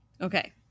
Okay